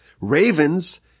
Ravens